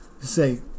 say